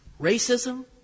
Racism